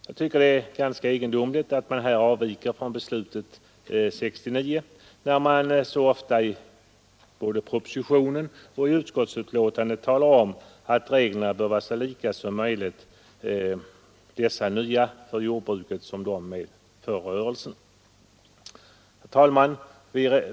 Nog är det ganska egendomligt att man här avviker från det beslut som fattades 1969, när man så ofta både i propositionen och i utskottsbetänkandet talar om att reglerna bör vara så lika som möjligt med de regler som gäller för rörelsefastigheter. Herr talman!